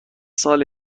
سال